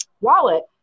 wallet